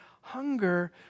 hunger